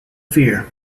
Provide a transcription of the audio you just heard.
fear